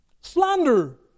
Slander